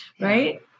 Right